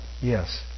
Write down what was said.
yes